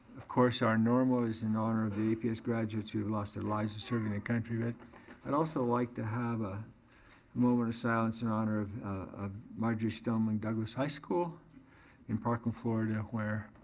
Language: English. of course, our normal is in honor of the aps graduates who lost their lives serving their country but i'd also like to have a moment of silence in honor of marjory stoneman douglas high school in parkland, florida where